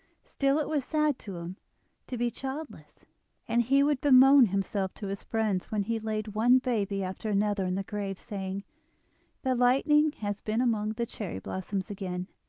still it was sad to him to be childless and he would bemoan himself to his friends, when he laid one baby after another in the grave, saying the lightning has been among the cherry-blossoms again,